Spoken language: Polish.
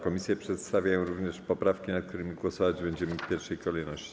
Komisje przedstawiają również poprawki, nad którymi głosować będziemy w pierwszej kolejności.